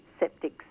septics